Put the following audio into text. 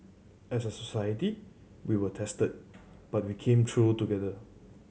as a society we were tested but we came through together